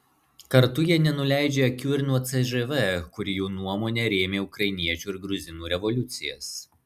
kartu jie nenuleidžia akių ir nuo cžv kuri jų nuomone rėmė ukrainiečių ir gruzinų revoliucijas